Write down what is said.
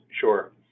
Sure